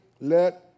let